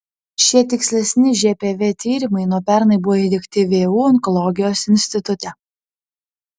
šie tikslesni žpv tyrimai nuo pernai buvo įdiegti vu onkologijos institute